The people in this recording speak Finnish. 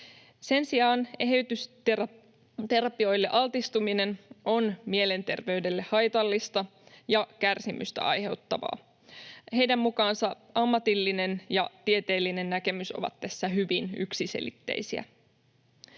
Sen sijaan eheytysterapioille altistuminen on mielenterveydelle haitallista ja kärsimystä aiheuttavaa. Heidän mukaansa ammatillinen ja tieteellinen näkemys ovat tässä hyvin yksiselitteisiä.